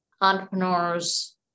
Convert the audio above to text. entrepreneurs